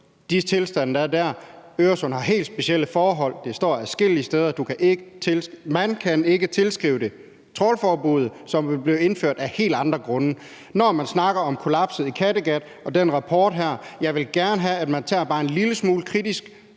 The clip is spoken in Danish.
de tilstande, der er i Øresund, at Øresund har helt specielle forhold. Det står adskillige steder. Trawlforbuddet vil blive indført af helt andre grunde. Når man snakker om kollapset i Kattegat og den rapport her, vil jeg gerne have, at man kaster et bare lidt kritisk